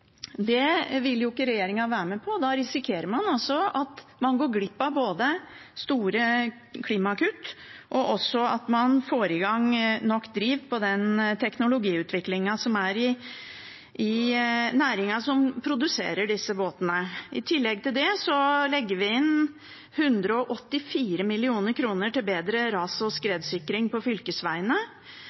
Det vil ikke regjeringen være med på, og da risikerer man at man går glipp av både store klimakutt og at man får i gang nok driv på teknologiutviklingen i næringen som produserer disse båtene. I tillegg til det legger vi inn 184 mill. kr til bedre ras- og skredsikring på fylkesveiene.